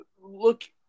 Look